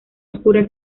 oscura